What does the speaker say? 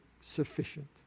sufficient